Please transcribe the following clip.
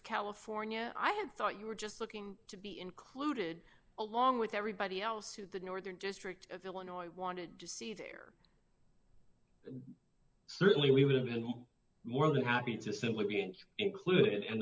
california i had thought you were just looking to be included along with everybody else who the northern district of illinois wanted to see there certainly we would have been more than happy to simply be an include and